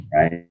right